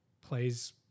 plays